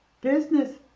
business